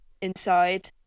inside